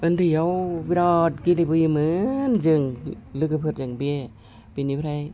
उन्दैयाव बिराद गेलेबोयोमोन जों लोगोफोरजों बे बिनिफ्राय